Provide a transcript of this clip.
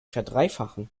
verdreifachen